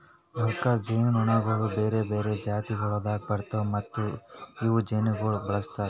worker ಜೇನುನೊಣಗೊಳ್ ಬೇರೆ ಬೇರೆ ಜಾತಿಗೊಳ್ದಾಗ್ ಬರ್ತಾವ್ ಮತ್ತ ಇವು ಜೇನುಗೊಳಿಗ್ ಬಳಸ್ತಾರ್